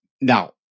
Now